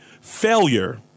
Failure